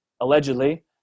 allegedly